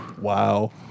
wow